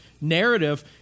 narrative